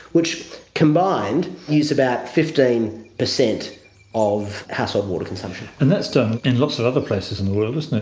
which combined use about fifteen percent of household water consumption. and that's done in lots of other places in the world, isn't it?